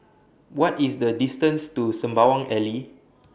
What IS The distance to Sembawang Alley